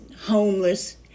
homeless